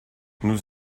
nous